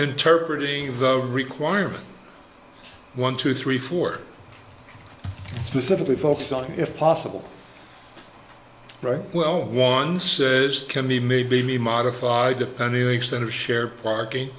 interpretive requirement one two three four specifically focus on if possible right well one says can be maybe be modified to penny the extent of share parking